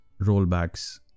rollbacks